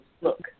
look